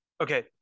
Okay